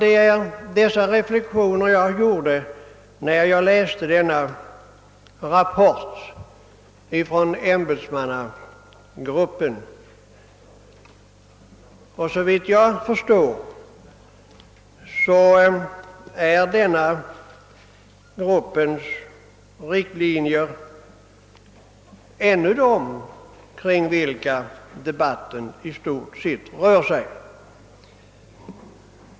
Det är dessa reflexioner jag gjorde när jag läste denna rapport från ämbetsmannagruppen. Såvitt jag förstår är det denna grupps riktlinjer kring vilka debatten ännu i stort sett rör sig.